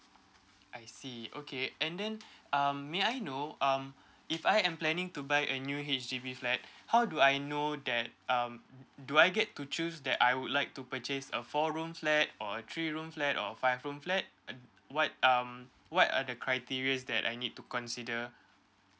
I see okay and then um may I know um if I am planning to buy a new H_D_B flat how do I know that um do I get to choose that I would like to purchase a four room flat or a three room flat or five room flat uh what um what are the criteria is that I need to consider